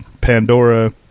Pandora